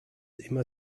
immer